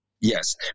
yes